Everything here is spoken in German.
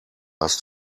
hast